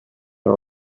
are